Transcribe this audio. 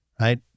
right